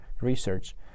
research